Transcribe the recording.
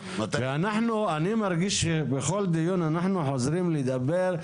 אני מרגיש שבכל דיון אנחנו חוזרים לדבר.